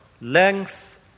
length